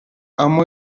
اما